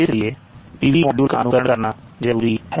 इसलिए PV module का अनुकरण करना जरूरी है